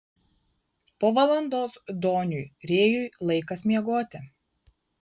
po valandos doniui rėjui laikas miegoti